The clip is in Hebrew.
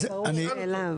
זה ברור מאליו.